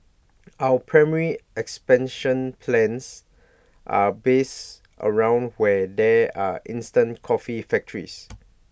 our primary expansion plans are based around where there are instant coffee factories